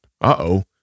uh-oh